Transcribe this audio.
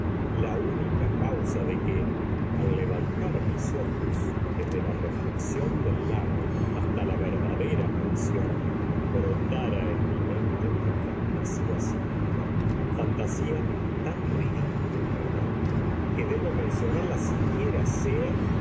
la única causa de que al levantar mis ojos desde la reflexión del lago hasta la verdadera mansión brotara en mi mente una fantasía singular fantasía tan ridícula en verdad que debo mencionarla siquiera sea